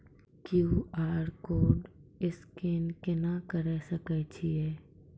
QR code scan केना करै सकय छियै?